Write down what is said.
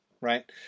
right